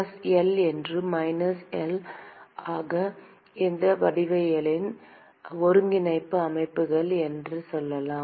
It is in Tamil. பிளஸ் எல் மற்றும் மைனஸ் எல் ஆகியவை இந்த வடிவவியலின் ஒருங்கிணைப்பு அமைப்புகள் என்று சொல்லலாம்